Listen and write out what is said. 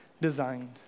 designed